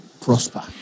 prosper